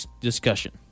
discussion